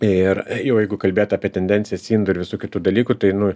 ir jau jeigu kalbėt apie tendencijas indų ir visų kitų dalykų tai nu